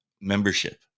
membership